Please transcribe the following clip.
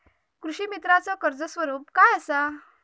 कृषीमित्राच कर्ज स्वरूप काय असा?